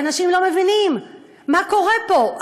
ואנשים לא מבינים מה קורה פה,